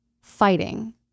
fighting